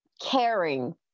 caring